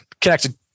connected